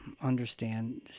understand